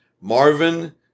Marvin